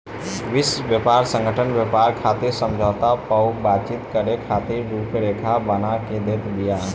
विश्व व्यापार संगठन व्यापार खातिर समझौता पअ बातचीत करे खातिर रुपरेखा बना के देत बिया